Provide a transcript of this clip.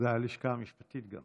וגם הלשכה המשפטית.